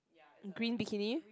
green bikini